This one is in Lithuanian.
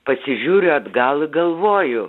pasižiūriu atgal ir galvoju